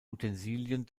utensilien